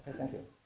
thank you.